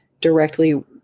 directly